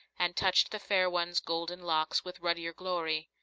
and touched the fair one's golden locks with ruddier glory.